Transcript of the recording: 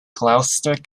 gloucester